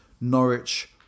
Norwich